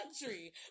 country